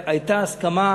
והייתה הסכמה.